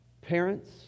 Parents